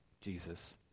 Jesus